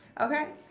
Okay